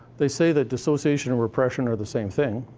they say that dissociation and repression are the same thing,